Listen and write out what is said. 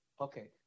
okay